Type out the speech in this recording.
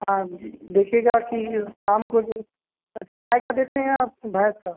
हाँ जी देखिएगा कि शाम को जो अच्छा गाय का देते हैं या भैंस का